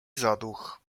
zaduch